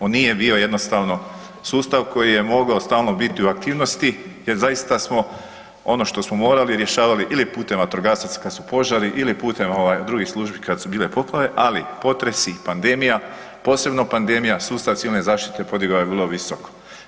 On nije bio jednostavno sustav koji je mogao stalno biti u aktivnosti jer zaista smo ono što smo morali rješavali ili putem vatrogasaca kad su požari ili putem ovaj drugih službi kad su bile poplave, ali potresi i pandemija, posebno pandemija sustav civilne zaštite podigao je vrlo visoko.